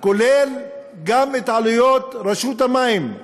כולל גם את עלויות רשות המים,